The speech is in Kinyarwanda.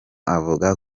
avuga